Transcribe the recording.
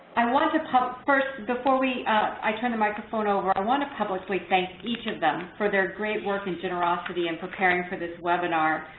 i want to talk first before i turn the microphone over, i want to publicly thank each of them for their great work and generosity in preparing for this webinar.